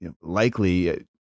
likely